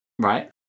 right